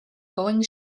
going